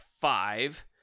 five